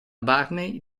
barney